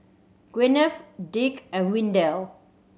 Gwyneth Dick and Windell